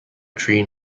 tree